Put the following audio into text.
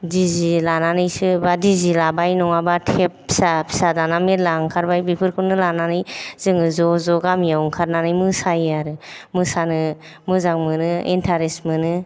दि जे लानानैसो बा दि जे लाबाय नङाबा थेब फिसा फिसा दाना मेरल्ला ओंखारबाय बेफोरखौनो लानानै जोङो ज' ज' गामियाव ओंखारनानै मोसायो आरो मोसानो मोजां मोनो इन्तारेस्ट मोनो